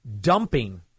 dumping